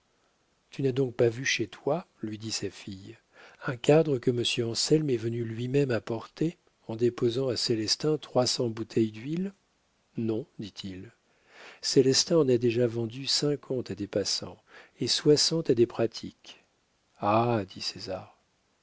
tu n'as donc pas vu chez toi lui dit sa fille un cadre que monsieur anselme est venu lui-même apporter en déposant à célestin trois cents bouteilles d'huile non dit-il célestin en a déjà vendu cinquante à des passants et soixante à des pratiques